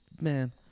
Man